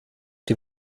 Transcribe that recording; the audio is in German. die